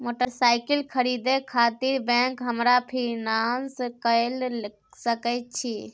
Motorcycle खरीदे खातिर bank हमरा फिनांस कय सके छै?